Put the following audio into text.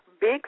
Big